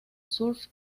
surf